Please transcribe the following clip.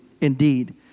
indeed